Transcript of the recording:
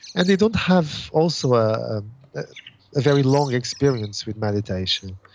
and they don't have also a very long experience with meditation.